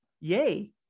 yay